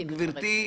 מבחינתנו.